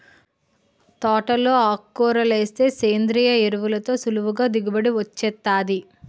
తోటలో ఆకుకూరలేస్తే సేంద్రియ ఎరువులతో సులువుగా దిగుబడి వొచ్చేత్తాది